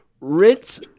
Ritz